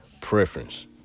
preference